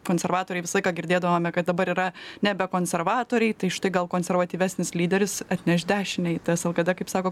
konservatoriai visą laiką girdėdavome kad dabar yra nebe konservatoriai tai štai gal konservatyvesnis lyderis atneš dešinę į tas lkd kaip sako